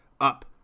up